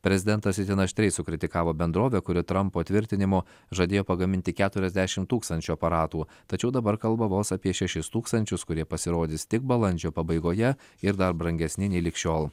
prezidentas itin aštriai sukritikavo bendrovę kuri trampo tvirtinimu žadėjo pagaminti keturiasdešimt tūkstančių aparatų tačiau dabar kalba vos apie šešis tūkstančius kurie pasirodys tik balandžio pabaigoje ir dar brangesni nei lig šiol